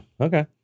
okay